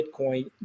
Bitcoin